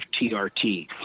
TRT